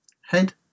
Head